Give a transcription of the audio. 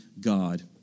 God